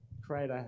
create